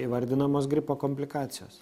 įvardinamos gripo komplikacijos